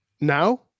Now